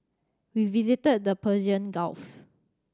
we visited the Persian Gulf